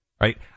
right